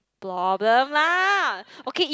problem lah okay if